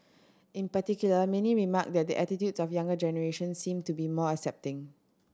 in particular many remarked that attitudes of younger generation seem to be more accepting